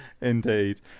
Indeed